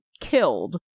killed